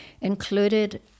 included